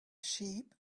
sheep